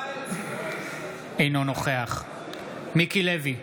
אינו נוכח מיקי לוי,